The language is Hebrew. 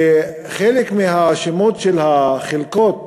חלק מהשמות של החלקות,